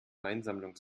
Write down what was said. weinsammlung